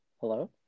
Hello